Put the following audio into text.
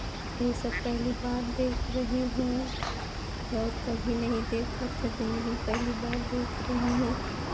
ये सब पहली बार देख रही हूँ और कभी नहीं देखा था ज़िन्दगी में पहली बार देख रही हूँ